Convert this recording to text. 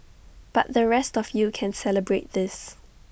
but the rest of you can celebrate this